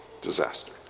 disaster